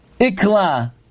Ikla